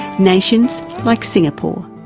nations like singapore.